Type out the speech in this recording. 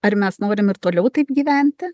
ar mes norim ir toliau taip gyventi